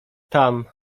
tam